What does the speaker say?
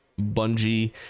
Bungie